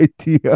idea